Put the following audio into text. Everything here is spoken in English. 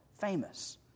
famous